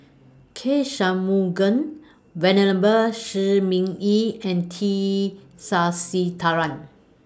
K Shanmugam Venerable Shi Ming Yi and T Sasitharan